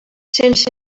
sense